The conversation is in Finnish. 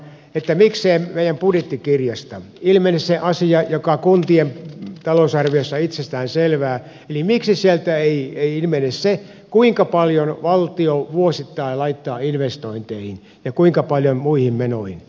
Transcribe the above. miksi ei meidän budjettikirjasta ilmene se asia joka kuntien talousarviossa on itsestään selvää niin miksi se että ei ihme jos se kuinka paljon valtio vuosittain laittaa investointeihin ja kuinka paljon muihin menoihin